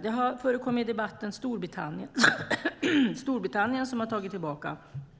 Storbritannien, som har förekommit i debatten, har tagit tillbaka sin